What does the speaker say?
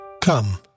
Come